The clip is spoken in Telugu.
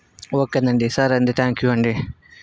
ఓకే అండి సరే అండి థ్యాంక్ యూ అండి